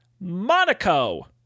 Monaco